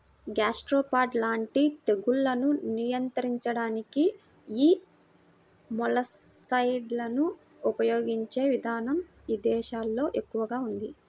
gastropod లాంటి తెగుళ్లను నియంత్రించడానికి యీ మొలస్సైడ్లను ఉపయిగించే ఇదానం ఇదేశాల్లో ఎక్కువగా ఉంది